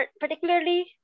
particularly